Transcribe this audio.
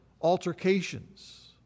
altercations